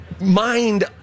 mind